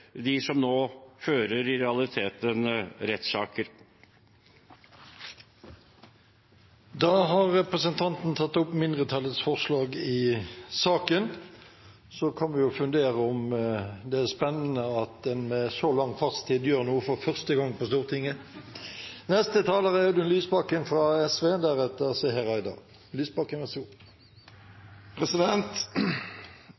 som nå i realiteten fører rettssaker. Representanten Carl I. Hagen har tatt opp det forslaget han refererte til. Så kan vi fundere over om det er spennende at en med så lang fartstid gjør noe for første gang på Stortinget. Dette er